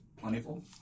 plentiful